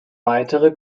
weitere